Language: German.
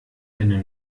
deine